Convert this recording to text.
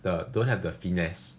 the don't have the finesse